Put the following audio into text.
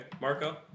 Marco